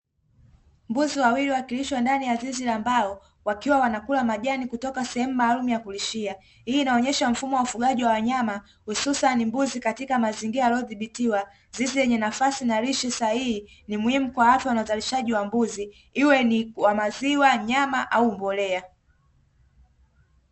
Mbuzi wawili wakilishwa ndani ya zizi la mbao, wakiwa wanakula majani kutoka sehemu maalumu ya kulishia. Hii inaonyesha mfumo wa ufugaji wa wanyama, hususani mbuzi, katika mazingira yaliyodhibitiwa. Zizi lenye nafasi na lishe sahihi ni muhimu kwa afya na uzalishaji wa mbuzi, iwe ni wa maziwa, nyama au mbolea.